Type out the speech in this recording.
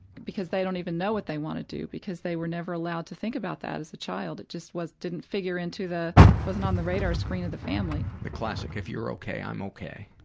because they don't even know what they want to do because they were never allowed to think about that as a child, it just wasn't didn't figure into the wasn't on the radar screen of the family. the classic, if you're okay, i'm okay.